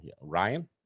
Ryan